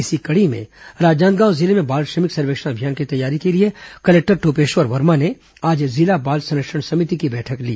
इसी कड़ी में राजनांदगांव जिले में बाल श्रमिक सर्वेक्षण अभियान की तैयारी के लिए कलेक्टर टोपेश्वर वर्मा ने आज जिला बाल संरक्षण समिति की बैठक ली